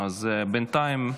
בינתיים,